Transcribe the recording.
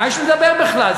מה יש לדבר בכלל?